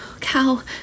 Cal